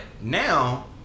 now